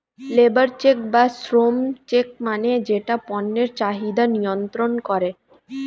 labour check বা শ্রম check মানে যেটা পণ্যের চাহিদা নিয়ন্ত্রন করে